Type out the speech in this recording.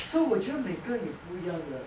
so 我觉得每个你不一样的